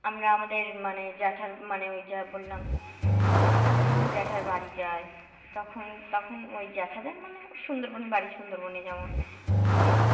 আমরা আমাদের মানে জ্যাঠার মানে ওই যা বললাম জ্যাঠার বাড়ি যাই তখন তখন ওই জ্যাঠাদের মানে সুন্দরবনে বাড়ি সুন্দরবনে যেমন ওই